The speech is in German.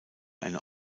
eine